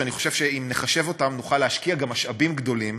שאני חושב שאם נחשב אותן נוכל להשקיע גם משאבים גדולים